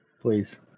Please